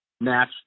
match